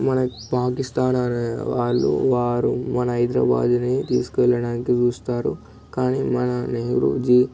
మనకి పాకిస్తాన్ వాళ్ళు వారు మన హైదరాబాదుని తీసుకు వెళ్ళడానికి చూస్తారు కానీ మన నెహ్రూజీ